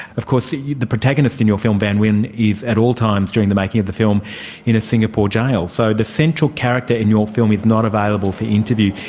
of course the the protagonist in your film, van nguyen, is at all times during the making of the film in a singapore jail, so the central character in your film is not available for interview.